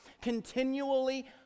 continually